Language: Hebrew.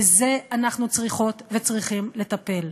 בזה אנחנו צריכות וצריכים לטפל.